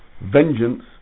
vengeance